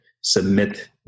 submit